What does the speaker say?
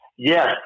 Yes